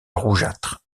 rougeâtre